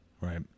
right